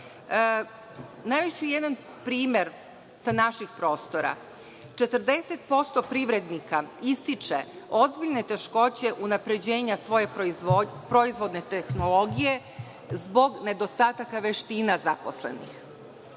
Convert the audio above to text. jedan primer sa naših prostora. Četrdeset posto privrednika ističe ozbiljne teškoće unapređenja svoje proizvodne tehnologije zbog nedostataka veština nezaposlenih.